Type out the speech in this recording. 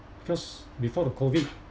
first before the COVID